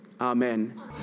Amen